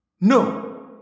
no